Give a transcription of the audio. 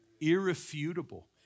irrefutable